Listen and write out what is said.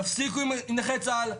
תפסיקו עם נכי צה"ל.